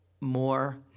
more